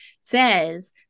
says